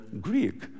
Greek